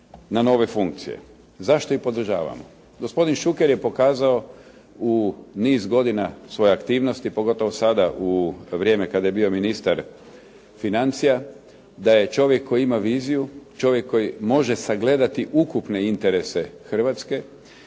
na nove funkcije. Zašto ih podržavamo? Gospodin Šuker je pokazao u niz godina svoje aktivnosti, pogotovo sada u vrijeme kada je bio ministar financija, da je čovjek koji ima viziju, čovjek koji može sagledati ukupne interese Hrvatske,